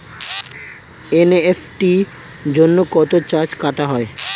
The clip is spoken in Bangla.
এন.ই.এফ.টি জন্য কত চার্জ কাটা হয়?